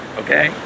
okay